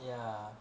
ya